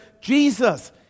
Jesus